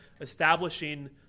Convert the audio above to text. establishing